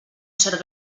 cert